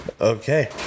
Okay